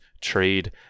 trade